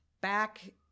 back